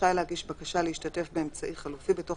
רשאי להגיש בקשה להשתתף באמצעי חלופי בתוך